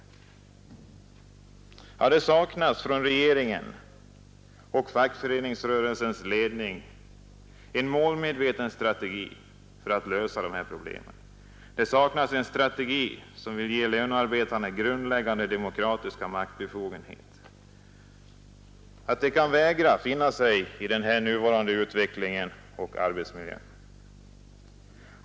Det saknas från regeringen och fackföreningsrörelsens ledning en målmedveten strategi för att lösa dessa problem. Det saknas en strategi som vill ge lönearbetarna grundläggande demokratiska maktbefogenheter så att de kan vägra finna sig i nuvarande utveckling och arbetsmiljö.